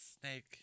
snake